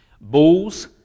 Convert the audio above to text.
bulls